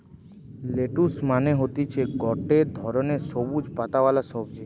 lettuce মানে হতিছে গটে ধরণের সবুজ পাতাওয়ালা সবজি